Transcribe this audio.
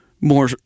more